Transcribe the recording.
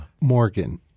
Morgan